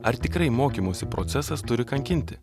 ar tikrai mokymosi procesas turi kankinti